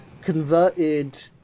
converted